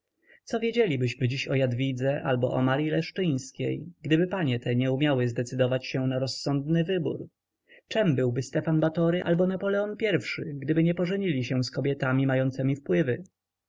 co wiedzielibyśmy dziś o jadwidze albo o maryi leszczyńskiej gdyby panie te nie umiały zdecydować się na rozsądny wybór czem byłby stefan batory albo napoleon i-szy gdyby nie pożenili się z kobietami mającemi wpływy